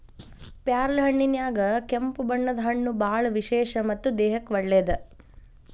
ಪ್ಯಾರ್ಲಹಣ್ಣಿನ್ಯಾಗ ಕೆಂಪು ಬಣ್ಣದ ಹಣ್ಣು ಬಾಳ ವಿಶೇಷ ಮತ್ತ ದೇಹಕ್ಕೆ ಒಳ್ಳೇದ